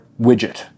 widget